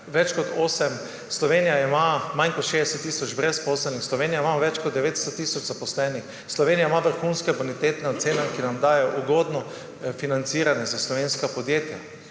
več kot 8. Slovenija ima manj kot 60 tisoč brezposelnih. Sloveniji imamo več kot 900 tisoč zaposlenih. Slovenija ima vrhunske bonitetne ocene, ki nam dajejo ugodno financiranje za slovenska podjetja.